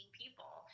people